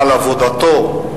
על עבודתו,